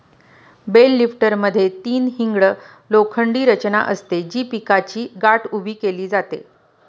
bell लिफ्टरमध्ये तीन hinged लोखंडी रचना असते, जी पिकाची गाठ उभी केली जाते